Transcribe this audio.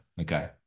okay